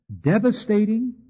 devastating